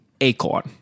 acorn